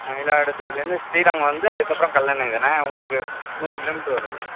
மயிலாடுதுறைலருந்து ஸ்ரீரங்கம் வந்து அதுக்கப்புறம் கல்லணைதானே உங்களுக்கு நூறு கிலோமீட்டர் வரும் மேடம்